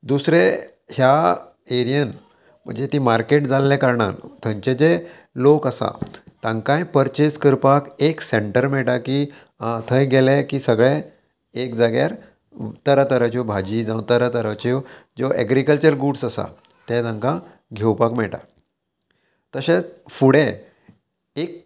दुसरें ह्या एरियेंत म्हणजे ती मार्केट जाल्ल्या कारणान थंयचे जे लोक आसा तांकांय पर्चेस करपाक एक सेंटर मेळटा की थंय गेले की सगळे एक जाग्यार तरातराच्यो भाजी जावं तरातराच्यो ज्यो एग्रीकल्चर गुड्स आसा तें तांकां घेवपाक मेळटा तशेंच फुडें एक